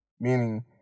Meaning